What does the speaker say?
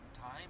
time